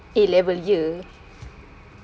A level year